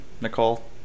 Nicole